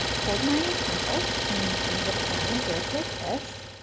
hold my pencil in kind of a side grip, like this.